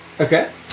Okay